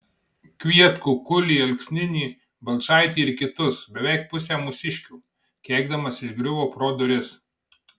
kvietkų kulį alksninį balčaitį ir kitus beveik pusę mūsiškių keikdamas išgriuvo pro duris